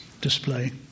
display